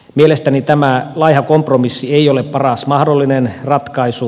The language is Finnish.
mielestäni tämä laiha kompromissi ei ole paras mahdollinen ratkaisu